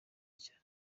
cyane